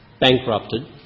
bankrupted